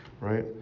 right